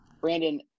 Brandon